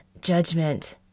judgment